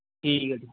ਠੀਕ ਹੈ ਜੀ